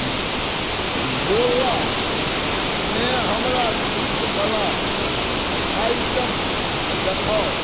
बोल्लामे हमरा छूटवला आइटम देखाउ